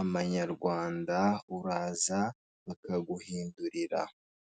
amanyarwanda uraza bakaguhindurira.